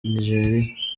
nigeria